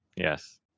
Yes